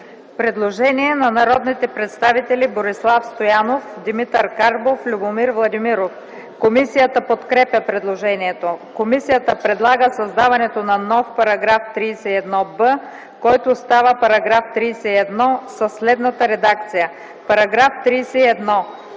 предложение на народните представители Борислав Стоянов, Димитър Карбов, Любомир Владимиров. Комисията подкрепя предложението. Комисията предлага създаването на нов § 31а, който става § 30 със следната редакция: „§ 30.